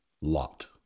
lot